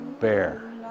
Bear